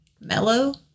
mellow